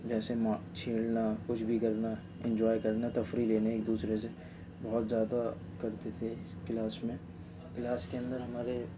جیسے ماں چھیڑنا کچھ بھی کرنا انجوائے کرنا تفریح لینا ایک دوسرے سے بہت زیادہ کرتے تھے کلاس میں کلاس کے اندر ہمارے